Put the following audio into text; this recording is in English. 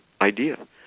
idea